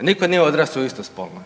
nitko nije odrastao u istospolnoj,